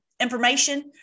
information